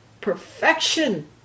perfection